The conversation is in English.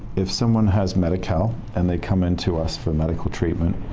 if someone has medi-cal and they come into us for medi-cal treatment,